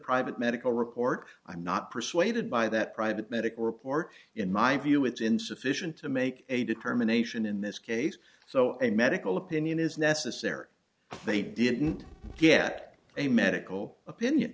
private medical report i'm not persuaded by that private medical report in my view it's insufficient to make a determination in this case so a medical opinion is necessary they didn't get a medical opinion